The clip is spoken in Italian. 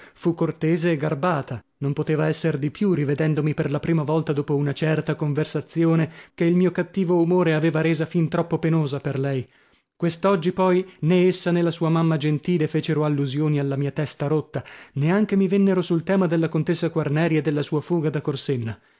fu cortese e garbata non poteva esser di più rivedendomi per la prima volta dopo una certa conversazione che il mio cattivo umore aveva resa fin troppo penosa per lei quest'oggi poi nè essa nè la sua mamma gentile fecero allusioni alla mia testa rotta neanche mi vennero sul tema della contessa quarneri e della sua fuga da corsenna